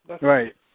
Right